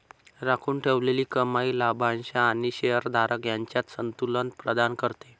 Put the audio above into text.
राखून ठेवलेली कमाई लाभांश आणि शेअर धारक यांच्यात संतुलन प्रदान करते